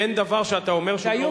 אין דבר שהוא אומר,